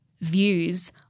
views